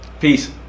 Peace